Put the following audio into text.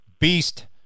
Beast